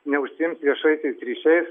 neužsiims viešaisiais ryšiais